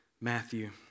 Matthew